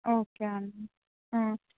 okay అండి